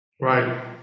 Right